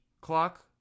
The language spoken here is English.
clock